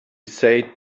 said